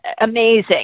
amazing